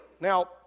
Now